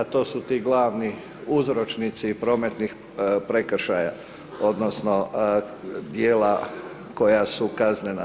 To su ti glavni uzročnici prometnih prekršaja, odnosno, dijela koja su kaznena.